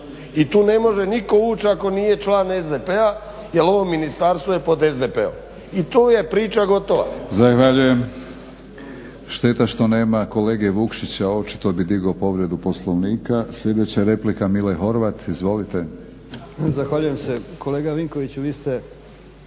i tu ne može nitko ući ako nije član SDP jer ovo Ministarstvo je pod SDP-om i tu je priča gotova. **Batinić, Milorad (HNS)** Zahvaljujem. Šteta što nema kolege Vukšića, očito bi digao povredu Poslovnika. Sljedeća replika, Mile Horvat. Izvolite. **Horvat, Mile (SDSS)** Zahvaljujem se. Kolega Vinkoviću, vi ste